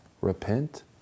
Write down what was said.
Repent